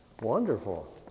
Wonderful